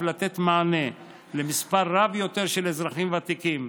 לתת מענה למספר רב יותר של אזרחים ותיקים,